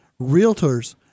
realtors